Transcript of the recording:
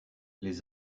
les